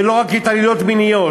ולא רק להתעללויות מיניות,